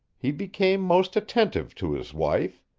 he became most attentive to his wife.